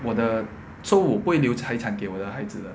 我的 so 我会留财产给我的孩子的